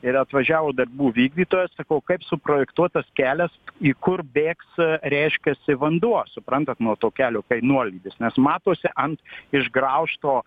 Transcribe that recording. ir atvažiavo darbų vykdytojas sakau kaip suprojektuotas kelias į kur bėgs reiškiasi vanduo suprantat nuo to kelio kai nuolydis nes matosi ant išgraužto